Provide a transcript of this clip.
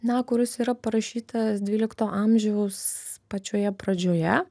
na kuris yra parašytas dvylikto amžiaus pačioje pradžioje